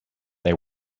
they